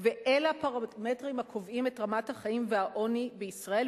ואלה הפרמטרים הקובעים את רמת החיים והעוני בישראל,